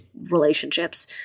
relationships